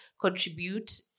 contribute